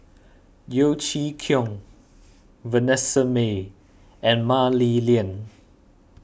Yeo Chee Kiong Vanessa Mae and Mah Li Lian